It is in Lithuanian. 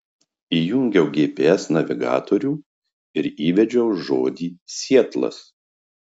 įjungiau gps navigatorių ir įvedžiau žodį sietlas